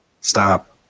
Stop